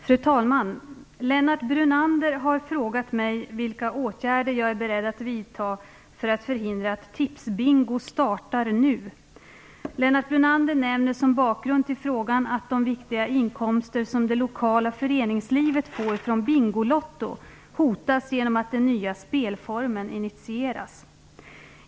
Fru talman! Lennart Brunander har frågat mig vilka åtgärder jag är beredd att vidta för att förhindra att Tipsbingo nu startar. Lennart Brunander nämner som bakgrund till frågan att de viktiga inkomster som det lokala föreningslivet får från Bingolotto hotas genom att den nya spelformen initieras.